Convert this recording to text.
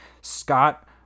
Scott